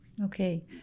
Okay